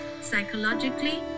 psychologically